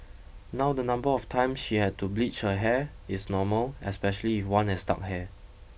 now the number of time she had to bleach her hair is normal especially if one has dark hair